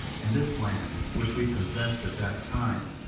and this land, which we possessed at that time,